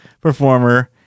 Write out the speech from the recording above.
performer